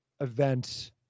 event